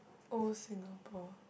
old Singapore